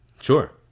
Sure